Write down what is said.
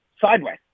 sideways